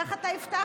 כך אתה הבטחת.